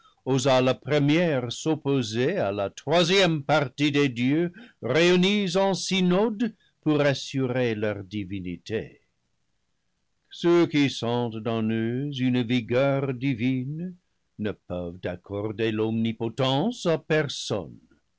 la première s'oppo ser à la troisième partie des dieux réunis en synode pour assurer leurs divinités ceux qui sentent en eux une vigueur divine ne peuvent accorder l'omnipotence à personne